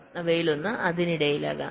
അവയിലൊന്ന് അതിനിടയിലാകാം